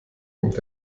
kommt